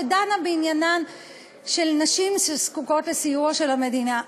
שדנה בעניינן של נשים שזקוקות לסיוע של המדינה.